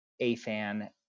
AFAN